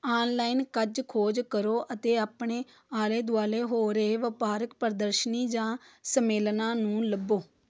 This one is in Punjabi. ਆਨਲਾਈਨ ਕੁਝ ਖੋਜ ਕਰੋ ਅਤੇ ਆਪਣੇ ਆਲੇ ਦੁਆਲੇ ਹੋ ਰਹੇ ਵਪਾਰਕ ਪ੍ਰਦਰਸ਼ਨੀ ਜਾਂ ਸੰਮੇਲਨਾਂ ਨੂੰ ਲੱਭੋ